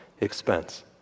expense